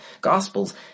gospels